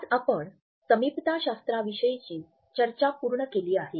आज आपण समीपताशास्त्राविषयीची चर्चा पूर्ण केली आहे